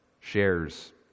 shares